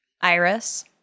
Iris